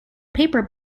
paper